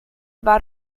war